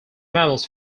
mammals